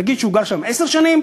נגיד שהוא גר שם עשר שנים,